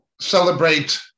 celebrate